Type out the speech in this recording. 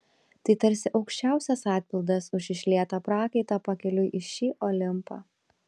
tai tarsi aukščiausias atpildas už išlietą prakaitą pakeliui į šį olimpą